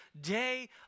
day